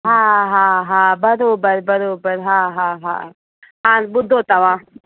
हा हा हा बराबरि बराबरि हा हा हा हाणे ॿुधो तव्हां